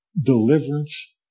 deliverance